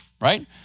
right